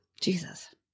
Jesus